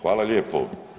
Hvala lijepo.